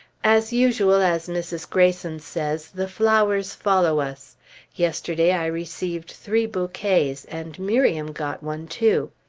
as usual, as mrs. greyson says, the flowers follow us yesterday i received three bouquets, and miriam got one too.